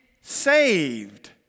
saved